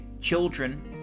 children